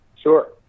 Sure